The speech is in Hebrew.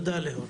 תודה ליאור.